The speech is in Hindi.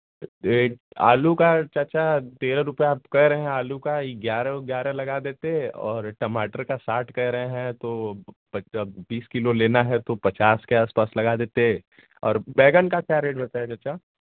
एक आलू का चाचा तेरह रुपये आप कह रहे हैं आलू का ही ग्यारह और ग्यारह लगा देते और टमाटर का साठ कह रहे हैं तो पचास बीस किलो लेना है तो पचास के आसपास लगा देते और बैंगन का क्या रेट बताया चच्चा